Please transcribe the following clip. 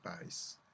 base